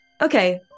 okay